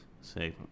Say